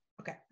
okay